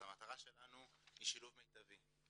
המטרה שלנו היא שילוב מיטבי.